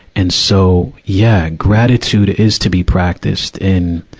and so, yeah, gratitude is to be practiced in,